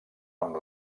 amb